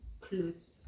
close